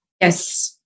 Yes